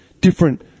different